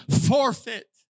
forfeit